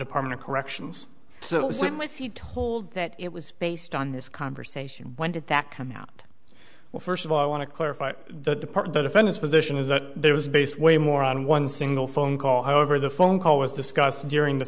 department of corrections so he told that it was based on this conversation when did that come out well first of all i want to clarify the part of the defense position is that there is based way more on one single phone call however the phone call was discussed during the